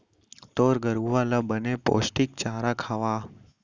तोर गरूवा ल बने पोस्टिक चारा खवा